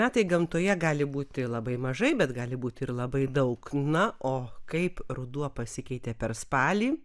metai gamtoje gali būti labai mažai bet gali būti ir labai daug na o kaip ruduo pasikeitė per spalį